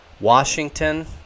Washington